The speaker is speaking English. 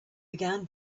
began